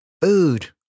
Food